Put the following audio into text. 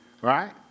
right